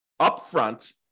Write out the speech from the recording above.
upfront